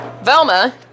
Velma